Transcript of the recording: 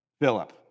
Philip